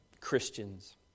Christians